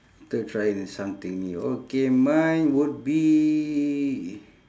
after trying something new okay mine would be